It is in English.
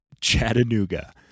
Chattanooga